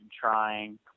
trying